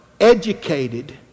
educated